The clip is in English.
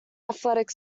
athletic